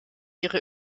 ihre